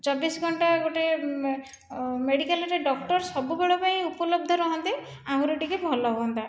ଚବିଶ ଘଣ୍ଟା ଗୋଟିଏ ମେଡିକାଲରେ ଡକ୍ଟର ସବୁବେଳ ପାଇଁ ଉପଲବ୍ଧ ରୁହନ୍ତେ ଆହୁରି ଟିକିଏ ଭଲ ହୁଅନ୍ତା